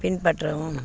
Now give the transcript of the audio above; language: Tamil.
பின்பற்றவும்